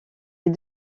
est